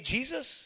Jesus